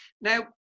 Now